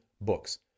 books